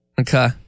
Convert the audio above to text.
Okay